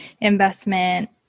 investment